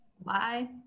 Bye